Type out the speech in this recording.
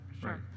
sure